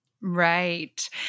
Right